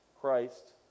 Christ